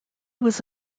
was